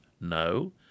No